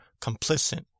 complicit